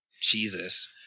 Jesus